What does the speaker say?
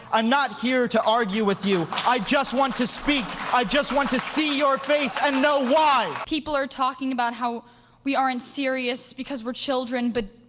i'm not here to argue with you. i just want to speak! i just want to see your face and know why! people are talking about how we aren't serious because we're children, but